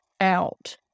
out